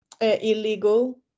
Illegal